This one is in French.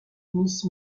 miss